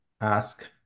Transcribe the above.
ask